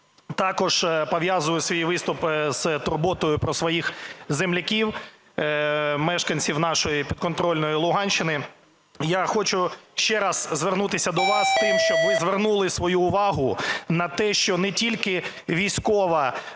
також пов'язую свій виступ з турботою про своїх земляків – мешканців нашої підконтрольної Луганщини. Я хочу ще раз звернутися до вас з тим, щоб ви звернули свою увагу на те, що не тільки військова